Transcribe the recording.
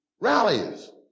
rallies